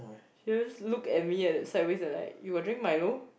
just look at me at sideways and like you got drink milo